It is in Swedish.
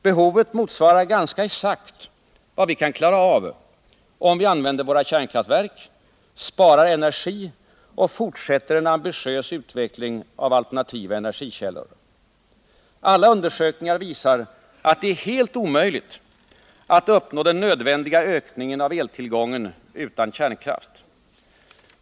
Behovet motsvarar ganska exakt vad vi kan klara av om vi använder våra kärnkraftverk, sparar energi och fortsätter en ambitiös utveckling av alternativa energikällor. Alla undersökningar visar att det är helt omöjligt att uppnå den nödvändiga ökningen av eltillgången utan kärnkraft.